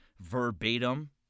verbatim